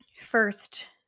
first